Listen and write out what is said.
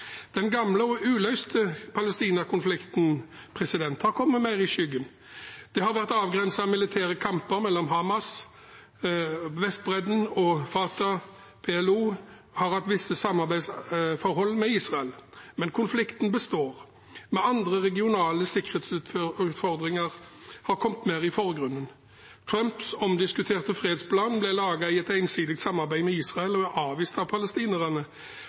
Den gamle og uløste Palestina-konflikten har kommet mer i skyggen. Det har vært avgrensede militære kamper mellom Hamas og Fatah på Vestbredden. PLO har hatt visse samarbeidsforhold med Israel, men konflikten består. Men andre regionale sikkerhetsutfordringer har kommet mer i forgrunnen. Trumps omdiskuterte fredsplan ble laget i et ensidig samarbeid med Israel og avvist av palestinerne,